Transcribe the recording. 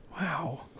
Wow